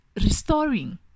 restoring